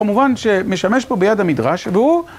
כמובן שמשמש בו ביד המדרש והוא